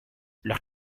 leurs